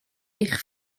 eich